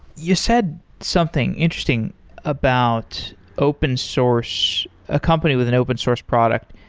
you said something interesting about open source accompanied with an open source product.